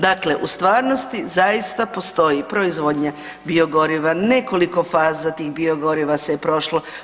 Dakle, u stvarnosti zaista postoji proizvodnja biogoriva, nekoliko faza tih biogoriva se je prošlo.